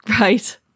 Right